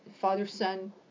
father-son